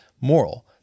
moral